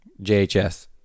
JHS